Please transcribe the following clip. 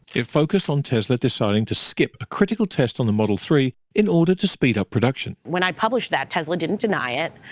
it focused on tesla deciding to skip a critical test on the model three in order to speed up production. when i published that, tesla didn't deny it,